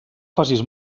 facis